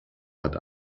hat